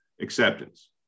acceptance